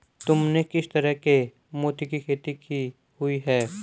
तुमने किस तरह के मोती की खेती की हुई है?